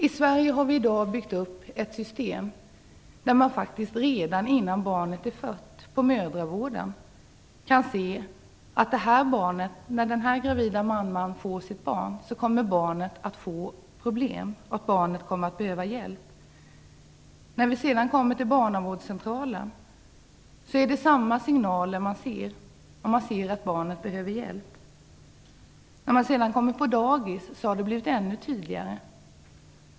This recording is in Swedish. I Sverige har vi byggt upp ett system där man faktiskt redan innan barnet är fött i mödravården kan se om den gravida kvinnans barn kommer att få problem och om det kommer att behöva hjälp. På barnavårdscentralen ser man samma signaler. Man ser att barnet behöver hjälp. På dagis har det blivit ännu tydligare.